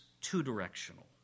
two-directional